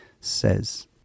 says